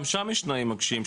גם שם יש תנאים מקשים,